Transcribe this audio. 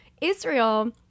israel